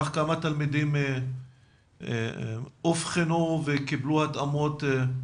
כמה תלמידים אובחנו וקיבלו התאמות?